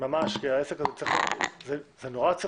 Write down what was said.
זה צריך להיות מאוד פשוט.